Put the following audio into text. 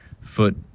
foot